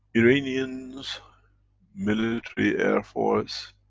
iranians military, air force